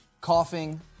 coughing